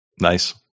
nice